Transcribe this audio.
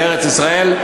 בארץ-ישראל,